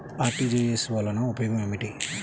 RTGS వలన ఉపయోగం ఏమిటీ?